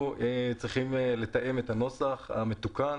אנחנו צריכים לתאם את הנוסח המתוקן